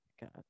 God